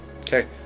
okay